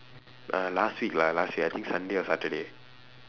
uh last week lah last week I think sunday or saturday